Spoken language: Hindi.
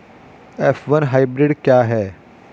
एफ वन हाइब्रिड क्या है?